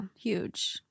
huge